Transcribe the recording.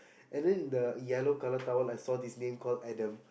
and then the yellow color towel I saw this name called Adam